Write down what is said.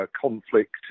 conflict